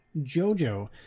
Jojo